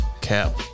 Cap